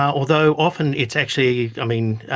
although often it's actually, i mean,